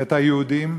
את היהודים,